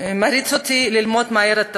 המריץ אותי ללמוד מהר את תפקידי.